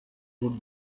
would